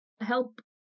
help